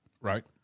Right